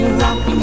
rock